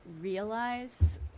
realize